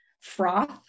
froth